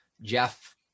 Jeff